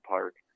Park